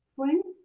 bling.